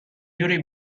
یوری